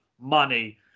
money